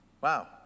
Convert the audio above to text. Wow